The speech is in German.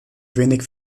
wenig